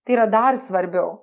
tai yra dar svarbiau